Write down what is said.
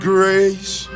Grace